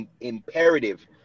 imperative